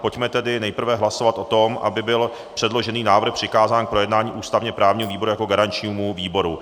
Pojďme tedy nejprve hlasovat o tom, aby byl předložený návrh přikázán k projednání ústavněprávnímu výboru jako garančnímu výboru.